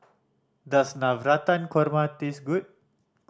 does Navratan Korma taste good